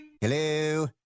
Hello